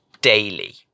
daily